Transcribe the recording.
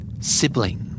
Sibling